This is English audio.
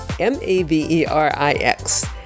M-A-V-E-R-I-X